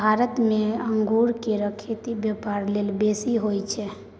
भारत देश में अंगूर केर खेती ब्यापार लेल बेसी होई छै